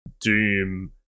doom